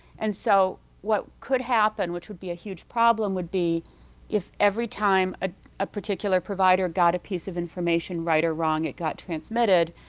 and so, what could happen which would be a huge problem would be if every time a a particular provider got a piece of information right or wrong, it got transmitted,